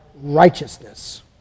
righteousness